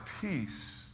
peace